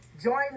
Join